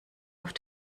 auf